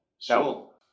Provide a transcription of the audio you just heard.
Sure